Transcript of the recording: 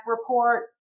report